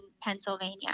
Pennsylvania